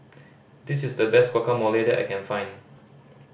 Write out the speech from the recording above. this is the best Guacamole that I can find